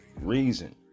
reason